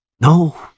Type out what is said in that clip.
No